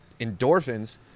endorphins